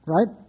Right